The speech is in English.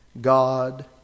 God